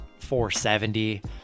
470